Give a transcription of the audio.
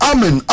Amen